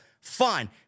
fine